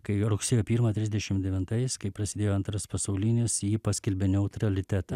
kai rugsėjo pirmą trisdešim devintais kai prasidėjo antras pasaulinis ji paskelbė neutralitetą